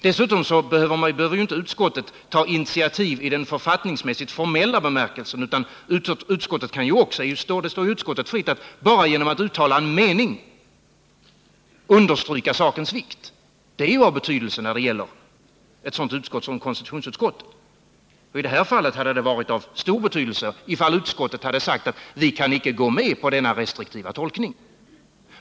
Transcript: Dessutom behöver utskottet inte ta initiativ i den författningsmässigt formella bemärkelsen, utan det står utskottet fritt att bara genom att uttala en mening understryka sakens vikt. Det är av betydelse när det gäller ett sådant utskott som konstitutionsutskottet. I det här fallet hade det varit av stor betydelse ifall utskottet hade sagt att vi kan icke gå med på denna restriktiva tolkning.